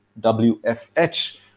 WFH